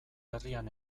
herrian